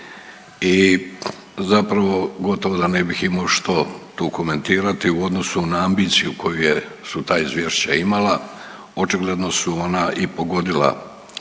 i zapravo gotovo da ne bih imao što tu komentirati. U odnosu na ambiciju koju su ta izvješća imala očigledno su ona i pogodila